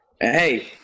Hey